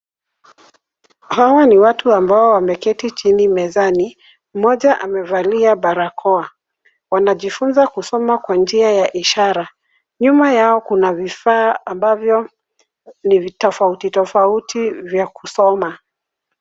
Hawa ni watu ambao wameketi chini mezani. Mmoja amevalia barakoa. Wanajifunza kusoma kwa njia ya ishara. Nyuma yao kuna vifaa ambavyo ni tofauti tofauti vya kusoma.